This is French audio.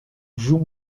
joue